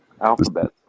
Alphabet